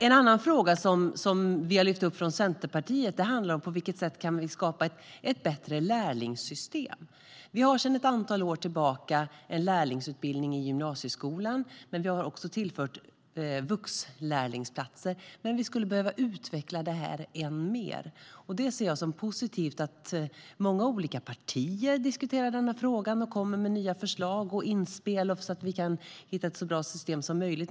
En annan fråga som vi har lyft upp från Centerpartiet handlar om på vilket sätt vi kan skapa ett bättre lärlingssystem. Vi har sedan ett antal år tillbaka en lärlingsutbildning i gymnasieskolan. Vi har också tillfört vuxlärlingsplatser, men vi skulle behöva utveckla det här ännu mer. Jag ser det därför som positivt att många olika partier diskuterar denna fråga och kommer med nya förslag och inspel så att vi kan hitta ett så bra system som möjligt.